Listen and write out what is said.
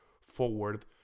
forward